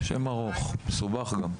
שם ארוך, גם מסובך.